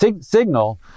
signal